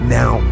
now